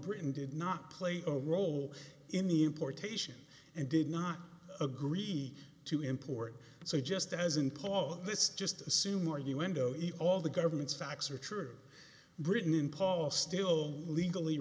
britain did not play a role in the importation and did not agree to import so just as in paul this just assume or un doughy all the governments facts are true britain in paul still legally